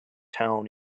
town